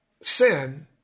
Sin